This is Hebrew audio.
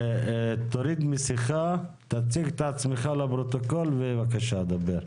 תציג את עצמך לפרוטוקול ובבקשה דבר.